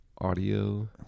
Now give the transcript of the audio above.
Audio